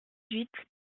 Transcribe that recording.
huit